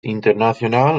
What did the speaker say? internacional